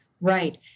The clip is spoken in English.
right